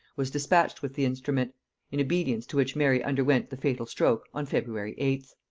was dispatched with the instrument in obedience to which mary underwent the fatal stroke on february eighth.